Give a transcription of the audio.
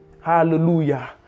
Hallelujah